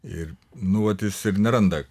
ir nu vot jis ir neranda